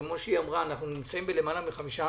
כפי שהיא אמרה, אנחנו נמצאים עם למעלה מחמישה